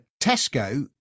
Tesco